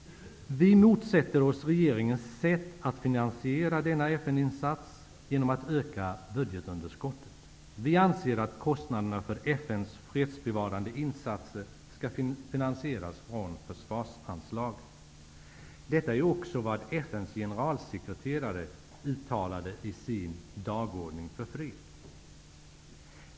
Vi motsätter oss att regeringen finansierar denna FN-insats genom att öka budgetunderskottet. Vi anser att kostnaderna för FN:s fredsbevarande insatser skall finansieras från försvarsanslaget. Detta är också vad FN:s generalsekreterare uttalade i sin ''Dagordning för fred''.